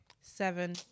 seven